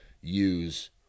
use